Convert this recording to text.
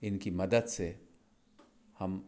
इनकी मदद से हम